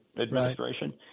administration